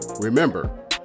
remember